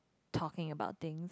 talking about things